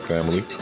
Family